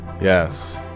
Yes